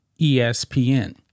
ESPN